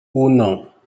uno